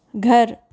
घर